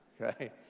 okay